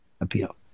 appeal